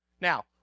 Now